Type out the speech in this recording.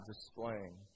displaying